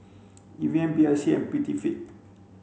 Evian B I C and Prettyfit